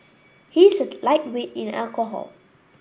he is a lightweight in alcohol